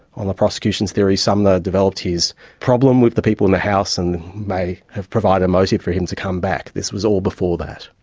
on the prosecution's theory, sumner developed his problem with the people in the house and may have provided a motive for him to come back, this this was all before that.